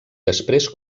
després